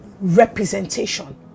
representation